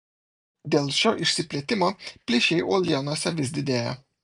dėl šio išsiplėtimo plyšiai uolienose vis didėja